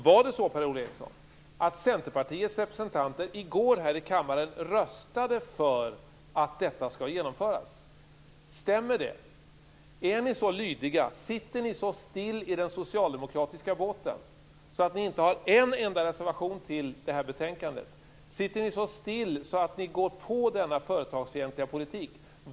Var det så, Per-Ola Eriksson, att Centerpartiets representanter i går i kammaren röstade för att detta skall genomföras? Stämmer det? Är ni så lydiga? Sitter ni så still i den socialdemokratiska båten att ni inte har en enda reservation till betänkandet? Sitter ni så still att ni går på denna företagsfientliga politik?